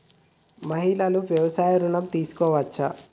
మహిళలు వ్యవసాయ ఋణం తీసుకోవచ్చా?